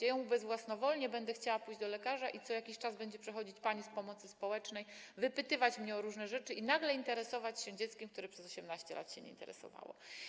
Ja ją ubezwłasnowolnię, będę chciała pójść do lekarza i co jakiś czas będzie przychodzić pani z pomocy społecznej, wypytywać mnie o różne rzeczy i nagle interesować się dzieckiem, którym przez 18 lat się nie interesowała.